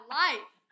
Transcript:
life